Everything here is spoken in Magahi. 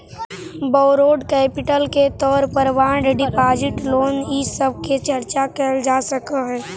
बौरोड कैपिटल के तौर पर बॉन्ड डिपाजिट लोन इ सब के चर्चा कैल जा सकऽ हई